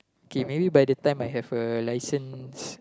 okay maybe by the time I have a licence